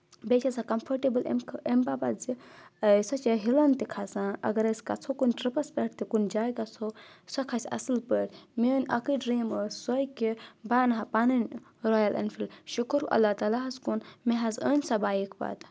بیٚیہِ چھےٚ آسان کَمفٲٹیبٕل اَمہِ اَمہِ باپَتھ زِ سۄ چھےٚ ہِلَن تہِ کھَسان اگر أسۍ گژھو کُنہِ ٹرپَس پؠٹھ تہِ کُنہِ جایہِ گژھو سۄ کھَسہِ اَصٕل پٲٹھۍ میٲنۍ اکٕے ڈرٛیٖم ٲس سۄے کہِ بہٕ اَنہٕ ہا پَنٕنۍ روٚیَل اینفیٖلڈ شُکُر اللہ تعالیٰ کُن مےٚ حظ أنۍ سۄ بایِک پَتہٕ